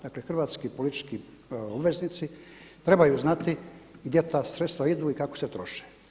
Dakle, hrvatski politički obveznici trebaju znati gdje ta sredstva idu i kako se troše.